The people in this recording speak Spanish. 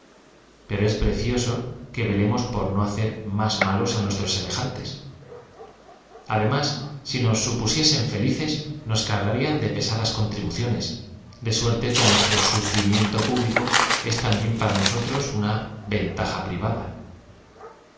ero es precioso que velem os por no hacer más malos á nuestros semejantes además si nos supusiesen feli ces nos cargarían de pesadas contribuciones de suer te que nuestro sufrimiento público es también para nosotros una ventaja privada